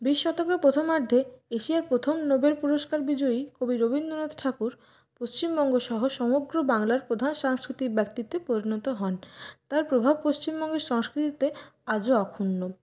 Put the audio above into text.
বিশ শতকের প্রথমার্ধে এশিয়ার প্রথম নোবেল পুরষ্কার বিজয়ী কবি রবীন্দ্রনাথ ঠাকুর পশ্চিমবঙ্গ সহ সমগ্র বাংলার প্রধান সাংস্কৃতিক ব্যক্তিত্বে পরিণত হন তার প্রভাব পশ্চিমবঙ্গের সংস্কৃতিতে আজও অক্ষুণ্ণ